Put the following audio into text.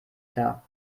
klar